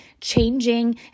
changing